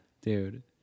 Dude